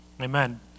Amen